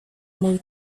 mój